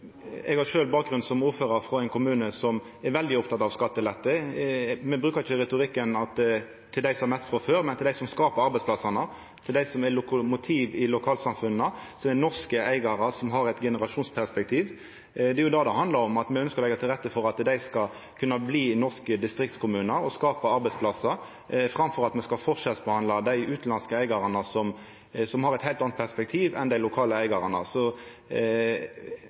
Eg har sjølv bakgrunn som ordførar for ein kommune som er svært oppteken av skattelette, men me bruker ikkje retorikken «til dei som har mest frå før», men «til dei som skaper arbeidsplassane». Det er dei som er lokomotivet i lokalsamfunnet, det er norske eigarar som har eit generasjonsperspektiv. Det er jo det det handlar om – at me ønskjer å leggja til rette for at dei skal kunna bli i norske distriktskommunar og skapa arbeidsplassar framfor at me skal forskjellsbehandla dei utanlandske eigarane, som har eit heilt anna perspektiv enn dei lokale eigarane.